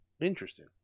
Interesting